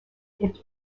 est